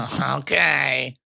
Okay